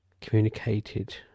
communicated